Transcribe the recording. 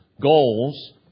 goals